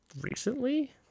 recently